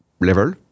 level